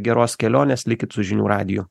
geros kelionės likit su žinių radiju